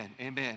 Amen